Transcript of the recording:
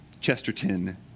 Chesterton